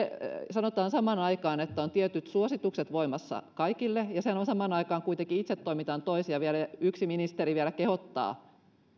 sanotaan samaan aikaan että on tietyt suositukset voimassa kaikille ja samaan aikaan kuitenkin itse toimitaan toisin ja yksi ministeri vielä kehottaa